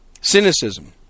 Cynicism